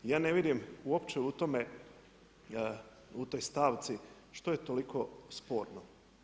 Ja ne vidim, uopće u tome, u toj stavci, što je toliko sporno.